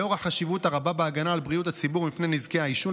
לאור החשיבות הרבה בהגנה על בריאות הציבור מפני נזקי העישון,